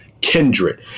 Kindred